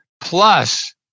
Plus